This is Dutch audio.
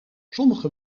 sommige